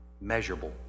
measurable